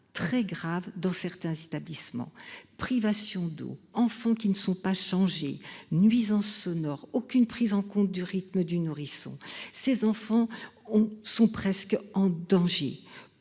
très graves dans certains établissements privation d'eau en font, qu'il ne faut pas changer. Nuisances sonores, aucune prise en compte du rythme du nourrisson. Ces enfants ont sont presque en danger.